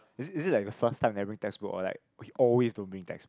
is it is it like the first time having textbooks or like he always don't bring text